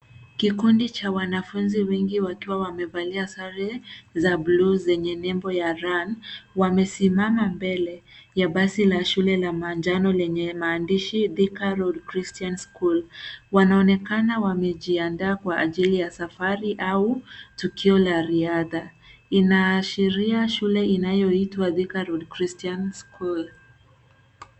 Kikundi cha wanafunzi wengi wakiwa wamevalia sare za buluu zenye nembo ya Run . Wanaonekana wamejiandaa kwa ajili ya safari au tukio la riadha. Inaashiria shule inayoitwa Thika Road Christian School.